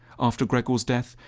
after gregor's death,